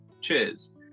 Cheers